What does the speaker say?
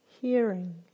hearing